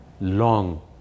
long